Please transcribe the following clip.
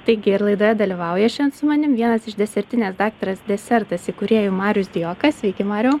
taigi ir laidoje dalyvauja šiandien su manim ir vienas iš desertinės daktaras desertais įkūrėjų marius dijokas sveiki mariau